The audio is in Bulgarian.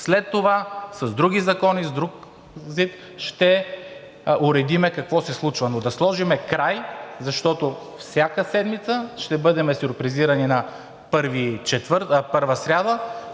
След това с други закони, с друг ЗИД ще уредим какво се случва, но да сложим край, защото всяка седмица ще бъдем сюрпризирани на първа сряда